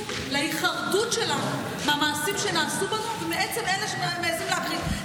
לכך שאנחנו נחרדים מהמעשים שנעשו בנו ומעצם אלה שמעיזים להכחיש.